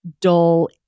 dull